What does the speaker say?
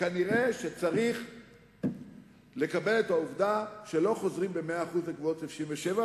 נראה שצריך לקבל את העובדה שלא חוזרים במאה אחוז לגבולות 67',